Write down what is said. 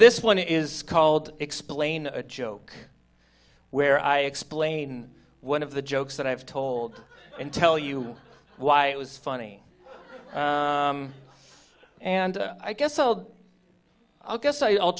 this one is called explain a joke where i explain one of the jokes that i've told and tell you why it was funny and i guess old i guess i'll